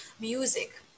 music